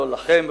לא לכם,